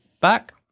back